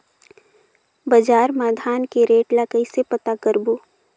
बजार मा धान के रेट ला कइसे पता करबो?